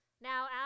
Now